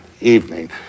evening